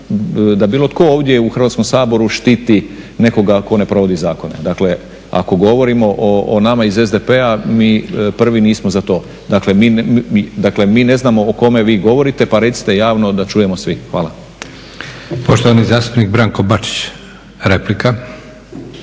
da bilo tko ovdje u Hrvatskom saboru štiti nekoga tko ne provodi zakone. Dakle, ako govorimo o nama iz SDP-a mi prvi nismo za to. Dakle, mi ne znamo o kome vi govorite, pa recite javno da čujemo svi. Hvala.